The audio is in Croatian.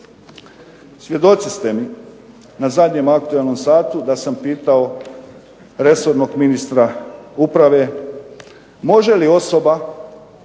Svjedoci ste mi na zadnjem aktualnom satu da sam pitao resornog ministra uprave može li osoba,